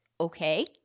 okay